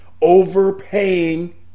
overpaying